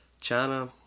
China